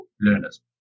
learners